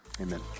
amen